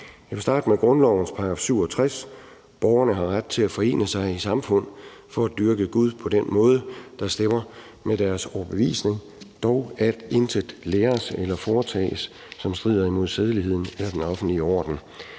Jeg vil starte med grundlovens § 67: »Borgerne har ret til at forene sig i samfund for at dyrke Gud på den måde, der stemmer med deres overbevisning, dog at intet læres eller foretages, som strider mod sædeligheden eller den offentlige orden.«